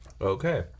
Okay